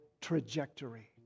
trajectory